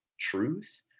truth